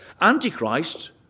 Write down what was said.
Antichrist